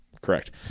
correct